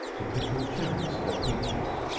to pickle cherries or peaches.